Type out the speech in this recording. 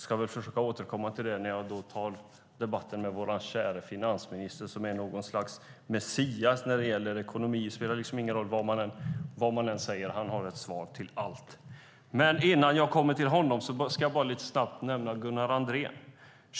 Jag ska återkomma till det när jag vänder mig till vår käre finansminister som är något slags Messias när det gäller ekonomi. Det spelar ingen roll vad man säger; han har svar på allt. Innan jag kommer till honom ska jag lite snabbt vända mig till Gunnar Andrén.